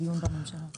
הדיון בממשלה.